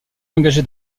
engagé